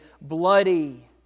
bloody